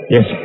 Yes